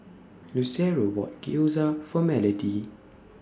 Lucero bought Gyoza For Melodie